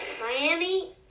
Miami